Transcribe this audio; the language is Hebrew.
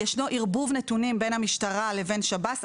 ישנו ערבוב נתונים בין המשטרה לבין שב"ס,